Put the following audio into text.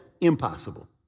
impossible